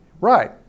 right